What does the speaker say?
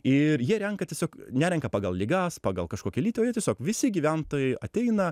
ir jie renka tiesiog nerenka pagal ligas pagal kažkokį lytį o jie tiesiog visi gyventojai ateina